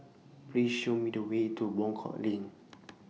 Please Show Me The Way to Wangkok LINK